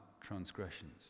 transgressions